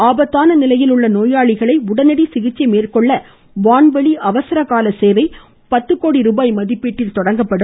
ஆபத்தான நிலையில் உள்ள நோயாளிகளை உடனடி சிகிச்சை மேற்கொள்ள வான்வழி அவசர கால சேவை பத்து கோடி ரூபாய் மதிப்பீட்டில் தொடங்கப்படும்